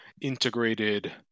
integrated